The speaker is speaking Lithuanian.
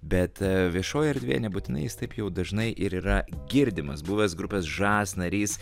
bet a viešoj erdvėj nebūtinai jis taip jau dažnai ir yra girdimas buvęs grupės žas narys